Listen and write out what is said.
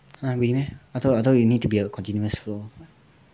!huh! really meh I thought I thought it need to be a continuous flow